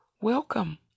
Welcome